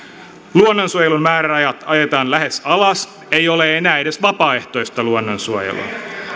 luonnonsuojelun määrärahat ajetaan lähes alas ei ole enää edes vapaaehtoista luonnonsuojelua